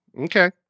Okay